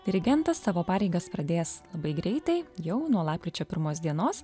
dirigentas savo pareigas pradės labai greitai jau nuo lapkričio pirmos dienos